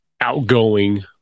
outgoing